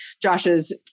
Josh's